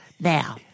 Now